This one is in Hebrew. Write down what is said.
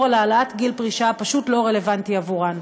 על העלאת גיל פרישה פשוט לא רלוונטי עבורן.